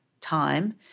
time